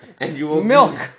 Milk